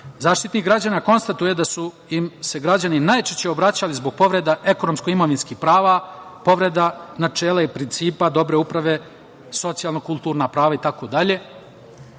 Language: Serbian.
migranti.Zaštitnik građana konstatuje da su im se građani najčešće obraćali zbog povreda ekonomsko-imovinskih prava, povreda načela i principa dobre uprave, socijalno-kulturna prava itd. Što